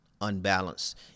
unbalanced